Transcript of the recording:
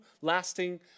lasting